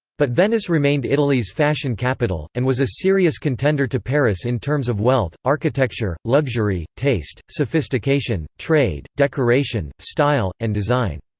but venice remained italy's fashion capital, and was a serious contender to paris in terms of wealth, architecture, luxury, taste, sophistication, trade, decoration, style, and design.